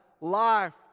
life